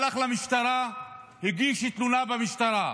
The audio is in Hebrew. הלך למשטרה, הגיש תלונה במשטרה,